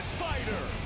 fighter.